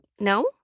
no